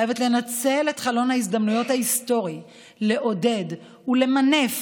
מדינת ישראל חייבת לנצל את חלון ההזדמנויות ההיסטורי ולעודד ולמנף